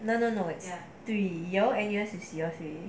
no no no it's three yale N_U_S is year three